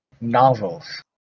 novels